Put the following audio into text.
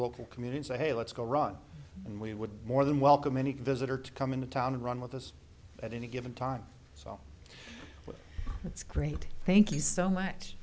local community say hey let's go run and we would more than welcome any visitor to come into town and run with us at any given time so that's great thank you so much